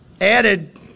added